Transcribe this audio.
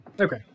Okay